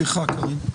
סליחה, קארין.